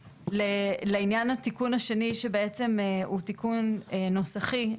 לעניין התיקון השני, שבעצם הוא תיקון נוסחי.